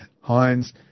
Heinz